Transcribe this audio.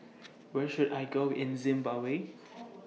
Where should I Go in Zimbabwe